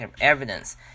evidence